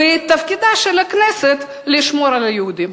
ותפקידה של הכנסת לשמור על היהודים.